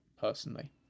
personally